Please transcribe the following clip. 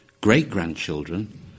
great-grandchildren